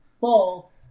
fall